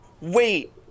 wait